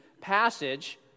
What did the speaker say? passage